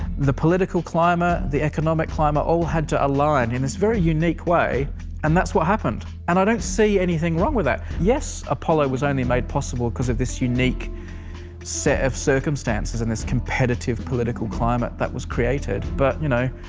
the political climate, the economic climate all had to align in this very unique way and that's what happened and i don't see anything wrong with that. yes, apollo was only made possible because of this unique set of circumstances in this competitive political climate that was created, but you know,